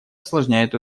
осложняет